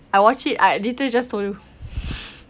I watched it ah didn't I just told you